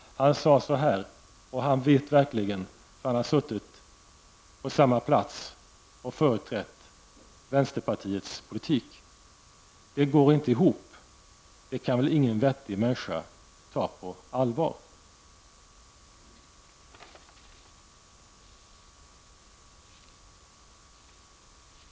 Han sade så här, och han vet verkligen, för han har suttit på samma plats och företrätt vänsterpartiets politik: Det går inte ihop, det kan väl ingen vettig människa ta på allvar.